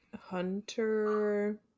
Hunter